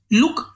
look